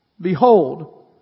behold